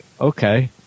okay